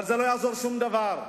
אבל זה לא יעזור בשום דבר.